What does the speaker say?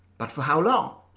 but for how long?